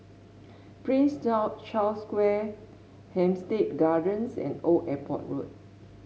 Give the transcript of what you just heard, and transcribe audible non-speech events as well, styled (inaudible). Prince (unintelligible) Charles Square Hampstead Gardens and Old Airport Road